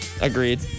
Agreed